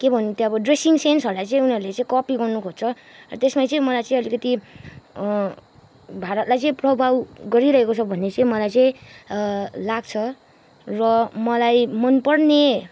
के भनौँ त्यो अब ड्रेसिङ सेन्सहरूलाई चाहिँ उनीहरूले कपी गर्न खोज्छ र त्यसमा चाहिँ मलाई चाहिँ अलिकति भारतलाई चाहिँ प्रभाव गरिरहेको छ भन्ने चाहिँ मलाई चाहिँ लाग्छ र मलाई मन पर्ने